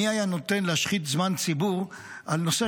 מי היה נותן להשחית זמן ציבור על נושא